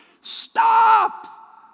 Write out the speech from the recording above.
stop